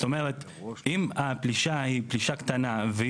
זאת אומרת, אם הפלישה היא פלישה קטנה.